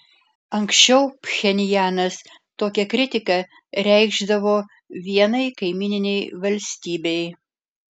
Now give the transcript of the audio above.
anksčiau pchenjanas tokią kritiką reikšdavo vienai kaimyninei valstybei